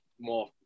more